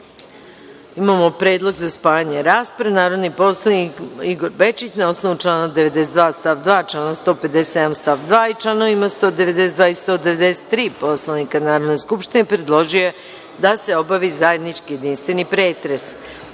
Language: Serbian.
predlog za spajanje rasprave. Narodni poslanik Igor Bečić, na osnovu člana 92. stav 2, člana 157. stav 2. i članova 192. i 193. Poslovnika Narodne skupštine, predložio je da se obavi zajednički jedinstveni pretres